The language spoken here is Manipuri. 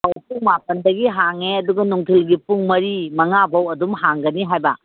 ꯑꯧ ꯄꯨꯡ ꯃꯥꯄꯜꯗꯒꯤ ꯍꯥꯡꯉꯦ ꯑꯗꯨꯒ ꯅꯨꯡꯊꯤꯜꯒꯤ ꯄꯨꯡ ꯃꯔꯤ ꯃꯉꯥꯕꯣꯛ ꯑꯗꯨꯝ ꯍꯥꯡꯒꯅꯤ ꯍꯥꯏꯕ